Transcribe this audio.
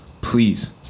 please